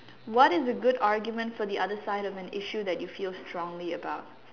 what is a good argument for the other side of the issue that you feel strongly about